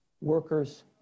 workers